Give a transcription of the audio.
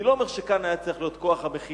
אני לא אומר שכאן היה צריך להיות כוח המחילה,